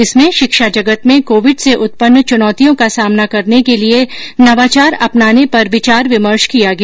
इसमें शिक्षा जगत में कोविड से उत्पन्न चुनौतियों का सामना करने के लिए नवाचार अपनाने पर विचार विमर्श किया गया